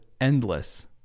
endless